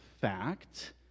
fact